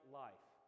life